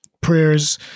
prayers